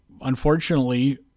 unfortunately